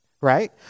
Right